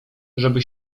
żeby